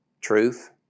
Truth